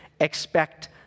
expect